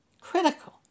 critical